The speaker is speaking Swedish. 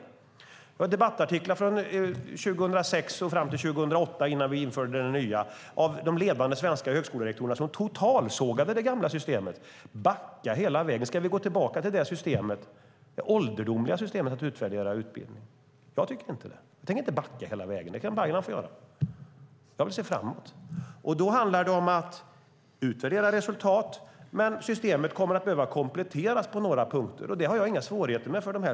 Det finns debattartiklar, från 2006 fram till 2008 innan vi införde det nya systemet, av de ledande svenska högskolerektorerna som totalsågade det gamla systemet. Backa hela vägen, säger Ibrahim Baylan. Ska vi gå tillbaka till det ålderdomliga systemet att utvärdera utbildning? Jag tycker inte det. Jag tänker inte backa hela vägen. Det kan Baylan få göra. Jag vill se framåt. Det handlar om att utvärdera resultat. Men systemet kommer att behöva kompletteras på några punkter. Det har jag inga svårigheter med.